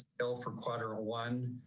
sell for quarter one,